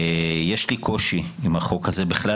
יש לי קושי עם החוק הזה בכלל,